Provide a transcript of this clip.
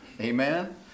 Amen